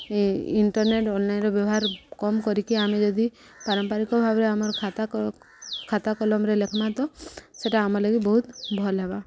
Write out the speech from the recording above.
ଏଇ ଇଣ୍ଟରନେଟ୍ ଅନ୍ଲାଇନ୍ର ବ୍ୟବହାର କମ କରିକି ଆମେ ଯଦି ପାରମ୍ପରିକ ଭାବରେ ଆମର ଖାତା ଖାତା କଲମରେ ଲେଖ୍ବା ତ ସେଟା ଆମ ଲାଗି ବହୁତ ଭଲ୍ ହେବା